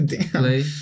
Play